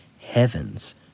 heaven's